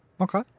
okay